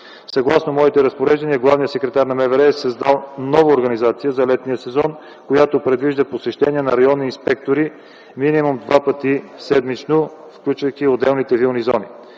Съгласно моите разпореждания главният секретар на МВР е създал нова организация за летния сезон, която предвижда посещение на районни инспектори минимум два пъти седмично, включвайки отделните вилни зони.